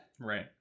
Right